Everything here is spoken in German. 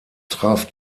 traf